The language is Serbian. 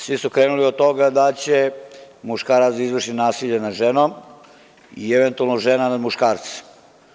Svi su krenuli od toga da će muškarac da izvrši nasilje nad ženom ili eventualno žena nad muškarcem.